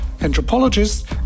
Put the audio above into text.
anthropologists